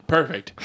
Perfect